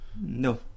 No